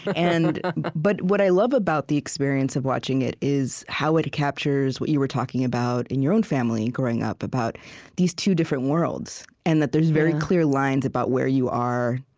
and but what i love about the experience of watching it is how it captures what you were talking about in your own family, growing up, about these two different worlds and that there's very clear lines about where you are,